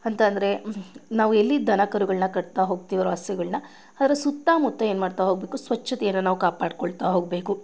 ಅಂತ ಅಂದ್ರೆ ನಾವು ಎಲ್ಲಿ ದನಕರುಗಳನ್ನ ಕಟ್ತಾ ಹೋಗ್ತೀವಿ ರಾಸುಗಳನ್ನ ಅದರ ಸುತ್ತ ಮುತ್ತ ಏನು ಮಾಡ್ತಾ ಹೋಗಬೇಕು ಸ್ವಚ್ಛತೆಯನ್ನು ನಾವು ಕಾಪಾಡಿಕೊಳ್ತಾ ಹೋಗಬೇಕು